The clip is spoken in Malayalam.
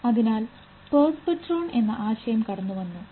അതിനാൽ പെർസെപ്ട്രോൺ എന്ന ആശയം കടന്നുവന്നു